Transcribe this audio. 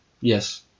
Yes